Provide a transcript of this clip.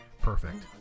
Perfect